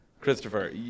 Christopher